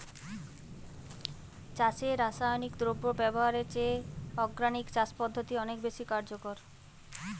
চাষে রাসায়নিক দ্রব্য ব্যবহারের চেয়ে অর্গানিক চাষ পদ্ধতি অনেক বেশি কার্যকর